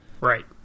right